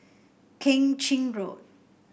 Keng Chin Road